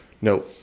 No